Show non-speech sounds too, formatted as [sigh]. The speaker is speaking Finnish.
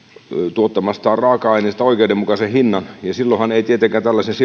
tuottamastaan raaka aineesta oikeudenmukaisen hinnan silloinhan tietenkin tällaisen [unintelligible]